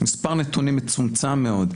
מספר נתונים מצומצם מאוד.